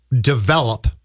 develop